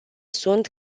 sunt